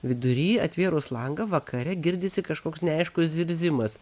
vidury atvėrus langą vakare girdisi kažkoks neaiškus zirzimas